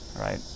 right